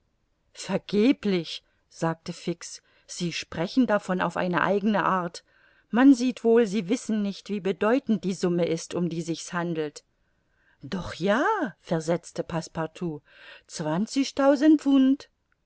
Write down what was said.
vergeblich sagte fix sie sprechen davon auf eine eigene art man sieht wohl sie wissen nicht wie bedeutend die summe ist um die sich's handelt doch ja versetzte passepartout zwanzigtausend pfund